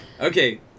Okay